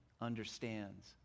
understands